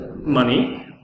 money